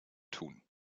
tun